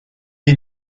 est